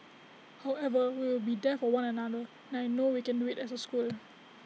however we will be there for one another and I know we can do IT as A school